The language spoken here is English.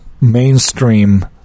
mainstream